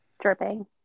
Dripping